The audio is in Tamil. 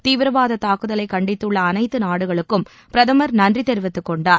தீவிரவாத தாக்குதலை கண்டித்துள்ள அனைத்து நாடுகளுக்கும் பிரதமர் நன்றி தெரிவித்துக் கொண்டார்